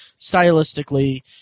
stylistically